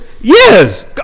Yes